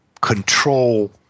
control